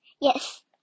Yes